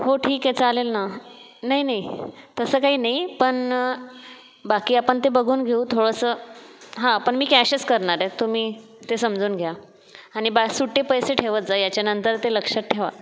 हो ठीक आहे चालेल ना नाही नाही तसं काय नाही पण बाकी आपण ते बघून घेऊ थोडंसं हा पण मी कॅशच करणार आहे तुम्ही ते समजून घ्या आणि बा सुट्टे पैसे ठेवत जा यांच्यानंतर ते लक्षात ठेवा